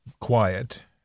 quiet